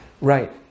Right